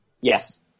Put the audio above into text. Yes